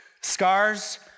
Scars